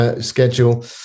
schedule